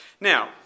Now